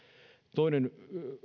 toinen